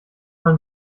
mal